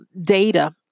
data